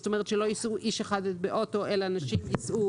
זאת אומרת שלא ייסעו איש אחד באוטו אלא אנשים ייסעו.